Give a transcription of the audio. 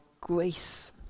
grace